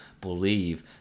believe